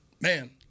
man